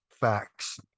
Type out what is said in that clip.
facts